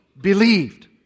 believed